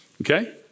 Okay